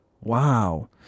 Wow